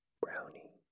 brownie